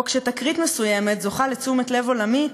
או כשתקרית מסוימת זוכה לתשומת לב עולמית,